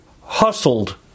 hustled